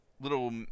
little